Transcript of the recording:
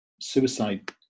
suicide